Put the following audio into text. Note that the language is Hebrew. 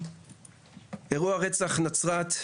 אירוע רצח בנצרת,